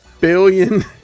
billion